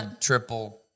triple